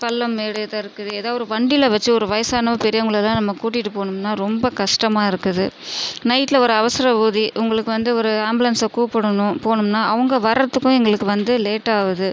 பள்ளம் மேடு இதாக இருக்குது ஏதோ ஒரு வண்டியில் வச்சு ஒரு வயதான பெரியவங்களை எல்லாம் நம்ம கூட்டிகிட்டு போகணும்னா ரொம்ப கஷ்டமா இருக்குது நைட்டில் ஒரு அவசர ஊர்தி உங்களுக்கு வந்து ஒரு ஆம்புலன்ஸை கூப்பிடணும் போகணும்னா அவங்க வரத்துக்கும் எங்களுக்கு வந்து லேட் ஆகுது